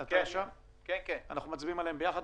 אנחנו מצביעים עליהן ביחד.